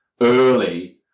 early